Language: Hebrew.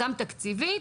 גם תקציבית,